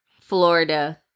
Florida